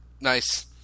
Nice